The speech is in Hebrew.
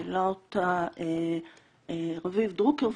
שהעלה אותה רביב דרוקר,